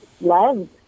love